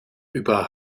über